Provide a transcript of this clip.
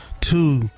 two